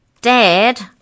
Dad